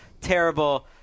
terrible